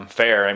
fair